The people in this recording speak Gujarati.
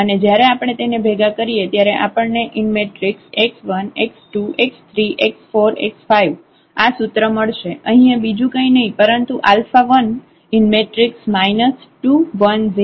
અને જયારે આપણે તેને ભેગા કરીએ ત્યારે આપણને x1 x2 x3 x4 x5 આ સૂત્ર મળશે અહીં એ બીજું કઈ નહિ પરંતુ 1 2 1 0 0 0 2 9